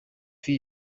the